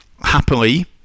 happily